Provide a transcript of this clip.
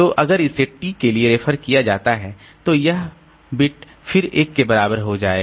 तो अगर इसे t के लिए रेफर किया जाता है तो यह फिर बिट 1 के बराबर हो जाएगा